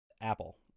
apple